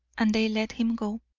and they let him go.